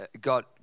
got